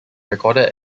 recorded